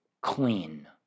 clean